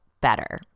better